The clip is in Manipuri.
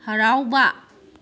ꯍꯔꯥꯎꯕ